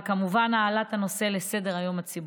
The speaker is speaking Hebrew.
וכמובן העלאת הנושא לסדר-היום הציבורי.